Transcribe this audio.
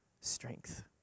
strength